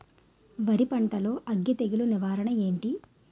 వరి పంటలో అగ్గి తెగులు నివారణ ఏంటి?